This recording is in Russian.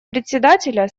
председателя